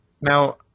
Now